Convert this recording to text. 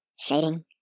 shading